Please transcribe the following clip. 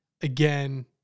again